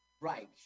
Right